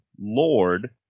Lord